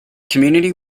community